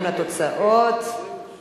(תוספת לפדויי שבי שמלאו להם 80 שנים),